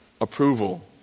approval